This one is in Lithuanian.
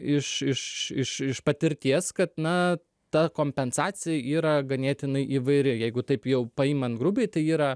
iš iš iš iš patirties kad na ta kompensacija yra ganėtinai įvairi jeigu taip jau paimant grubiai tai yra